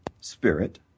Spirit